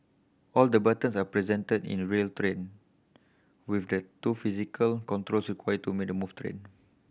all the buttons are present in real train with the two physical controls required to make the move train